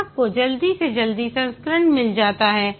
ग्राहक को जल्दी से जल्दी संस्करण मिल जाता है